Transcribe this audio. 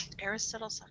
aristotle